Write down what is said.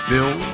Bill